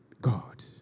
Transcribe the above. God